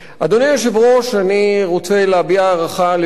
אני רוצה להביע הערכה ליושב-ראש ועדת הכלכלה,